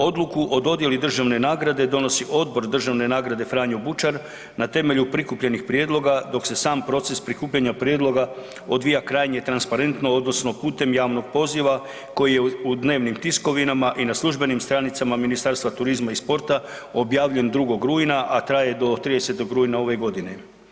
Odluku o dodjeli državne nagrade donosi Odbor državne nagrade „Franjo Bučar“ na temelju prikupljenih prijedloga dok se sam proces prikupljanja prijedloga odvija krajnje transparentno odnosno putem javnog poziva koji je u dnevnim tiskovinama i na službenim stranicama Ministarstva turizma i sporta objavljen 2. rujna a traje do 30. rujna ove godine.